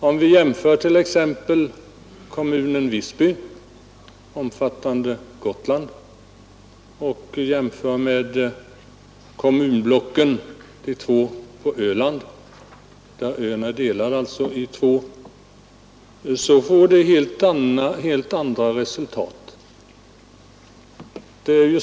Om vi jämför kommunen Visby, omfattande Gotland, med de två kommunblocken på Öland — ön är alltså delad i två kommunblock — så får man helt olika resultat.